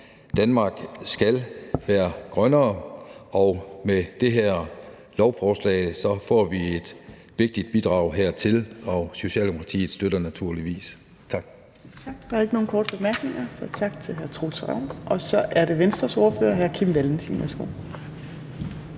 Danmark skal være grønnere, og med det her lovforslag får vi et vigtigt bidrag hertil, og Socialdemokratiet støtter det naturligvis. Tak.